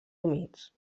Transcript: humits